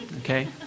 Okay